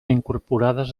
incorporades